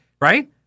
right